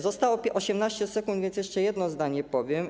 Zostało mi 18 sekund, więc jeszcze jedno zdanie powiem.